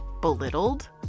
belittled